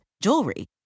jewelry